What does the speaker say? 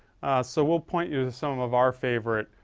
so we'll point you to some of our favorite